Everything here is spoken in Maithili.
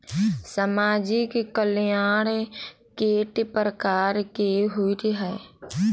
सामाजिक कल्याण केट प्रकार केँ होइ है?